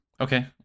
Okay